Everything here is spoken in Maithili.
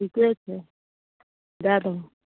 ठीके छै दए दहऽ